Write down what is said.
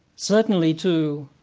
certainly too,